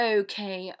Okay